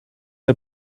her